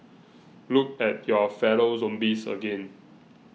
look at your fellow zombies again